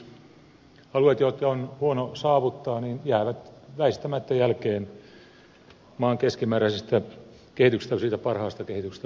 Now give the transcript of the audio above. alueet joita on huono saavuttaa jäävät väistämättä jälkeen maan keskimääräisestä kehityksestä siitä parhaasta kehityksestä puhumattakaan